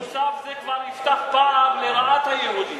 כל תקציב נוסף זה כבר יפתח פער לרעת היהודים.